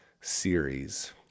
series